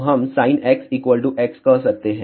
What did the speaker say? तो हम sin x x कह सकते हैं